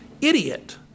idiot